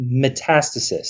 metastasis